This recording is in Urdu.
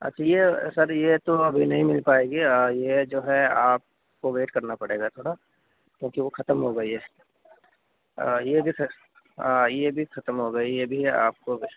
اچھا یہ سر یہ تو ابھی نہیں مِل پائے گی یہ جو ہے آپ کو ویٹ کرنا پڑے گا تھوڑا کیوں کہ وہ ختم ہوگئی ہے آ یہ بھی سر آ یہ بھی ختم ہوگئی ہے یہ ابھی آپ کو